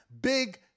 Big